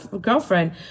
girlfriend